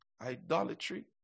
Idolatry